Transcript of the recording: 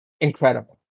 incredible